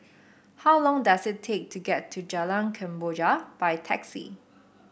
how long does it take to get to Jalan Kemboja by taxi